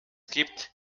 gibt